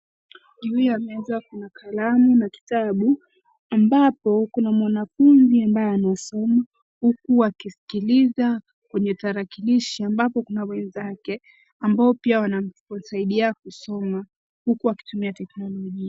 Juu ya meza kuna kalamu na kitabu ambapo kuna mwanafunzi ambaye anasoma huku wakisikiliza kwenye tarakilishi ambapo kuna wenzake ambao pia wanamsaidia kusoma huku wakitumia teknolojia.